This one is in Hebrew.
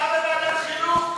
אתה בוועדת החינוך?